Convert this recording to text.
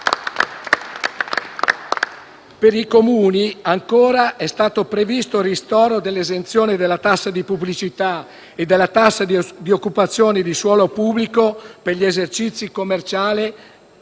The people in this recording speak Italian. Per i Comuni, ancora, è stato previsto il ristoro dell'esenzione della tassa di pubblicità e della tassa di occupazione di suolo pubblico per gli esercizi commerciali